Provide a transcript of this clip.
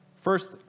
First